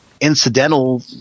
incidental